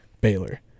Baylor